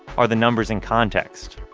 are the numbers in context?